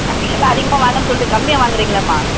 அதிகமாக வாங்குறேன்னு சொல்லிட்டு கம்மியாக வாங்குறீங்களேம்மா